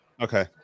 Okay